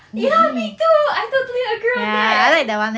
ya me too I totally agree on that